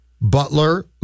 Butler